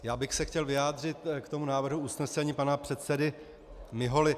Já bych se chtěl vyjádřit k tomu návrhu usnesení pana předsedy Miholy.